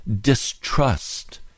distrust